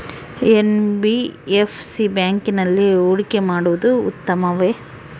NBFC ಬ್ಯಾಂಕಿನಲ್ಲಿ ಹೂಡಿಕೆ ಮಾಡುವುದು ಉತ್ತಮವೆ?